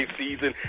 season